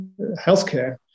healthcare